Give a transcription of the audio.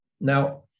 Now